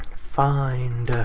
find,